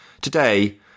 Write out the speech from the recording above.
today